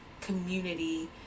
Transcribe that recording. community